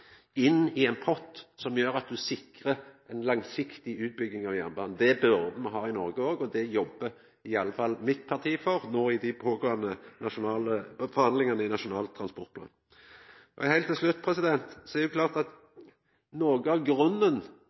inn i ein pott som gjer at ein sikrar ei langsiktig utbygging av jernbanen. Det burde me ha i Noreg òg, og det jobbar i alle fall mitt parti for no i dei pågåande forhandlingane når det gjeld Nasjonal transportplan. Heilt til slutt: Det er klart at noko av grunnen